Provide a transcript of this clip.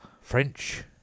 French